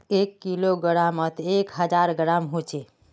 एक किलोग्रमोत एक हजार ग्राम होचे